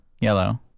Yellow